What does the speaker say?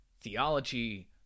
theology